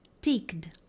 ticked